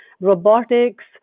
robotics